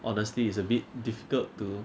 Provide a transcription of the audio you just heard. honestly is a bit difficult to